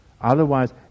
Otherwise